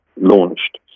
launched